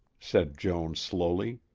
said joan slowly.